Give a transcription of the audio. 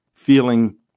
feeling